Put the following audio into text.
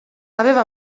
aveva